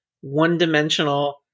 one-dimensional